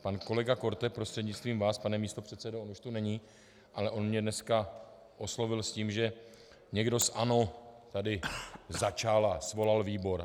Pan kolega Korte prostřednictvím vás, pane místopředsedo, on už tu není, ale on mě dneska oslovil s tím, že někdo z ANO tady začal a svolal výbor.